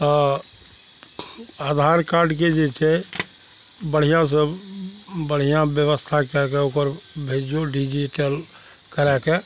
हँ आधार कार्डके जे छै बढ़िआँ सब बढ़िआँ बेबस्था कै के ओकर भेजिऔ डिजिटल करैके